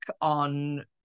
on